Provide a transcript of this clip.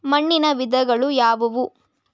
ಮಣ್ಣಿನ ವಿಧಗಳು ಯಾವುವು?